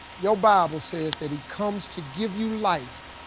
your bible says that he comes to give you life,